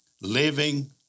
living